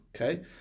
okay